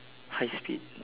high speed